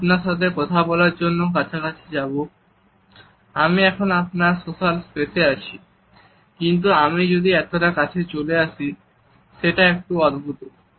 আমি আপনার সাথে কথা বলার জন্য কাছাকাছি যাব আমি এখন আপনার সোশ্যাল স্পেসে আছি কিন্তু আমি যদি এতটা কাছে চলে আসি সেটা একটু অদ্ভুত